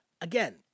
Again